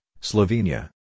Slovenia